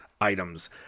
items